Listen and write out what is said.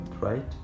right